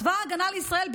צבא ההגנה לישראל,